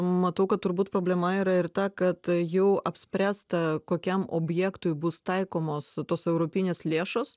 matau kad turbūt problema yra ir ta kad jau apspręsta kokiam objektui bus taikomos tos europinės lėšos